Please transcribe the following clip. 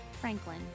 Franklin